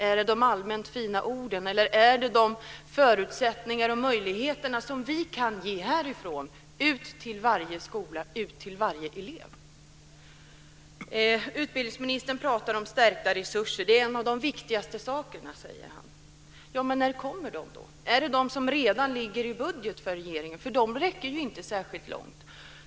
Är det de allmänt fina orden, eller är det de förutsättningar och möjligheter som vi kan ge härifrån ut till varje skola, ut till varje elev? Utbildningsministern pratar om stärkta resurser. Det är en av de viktigaste sakerna, säger han. Ja, men när kommer de då? Är det de som redan ligger i regeringens budget? De räcker ju inte särskilt långt.